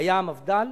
היה המפד"ל,